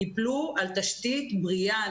ייפלו על תשתית בריאה,